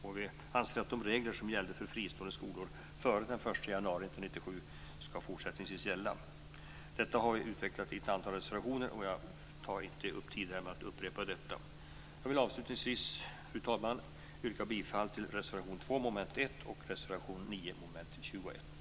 Vi anser att de regler som gäller för fristående skolor före den 1 januari 1997 skall gälla fortsättningsvis. Detta har vi utvecklat i ett antal reservationer. Jag tar här inte upp tid med att upprepa detta. Slutligen yrkar jag, fru talman, bifall till reservation 2 under mom. 1 och reservation 9 under mom. 21.